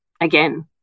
again